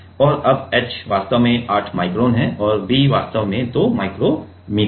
तो अब h वास्तव में 8 माइक्रोन है और b वास्तव में 2 माइक्रो मीटर है